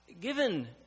Given